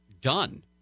done